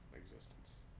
existence